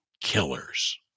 killers